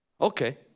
okay